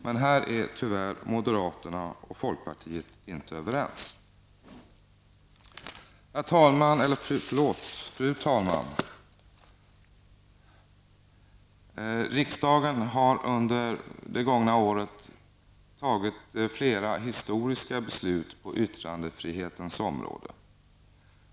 Men här är tyvärr moderaterna och folkpartiet inte överens med utskottsmajoriteten. Fru talman! Riksdagen har under det gånga året fattat flera historiska beslut på yttrandefrihetens område.